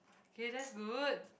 okay that's good